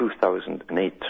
2008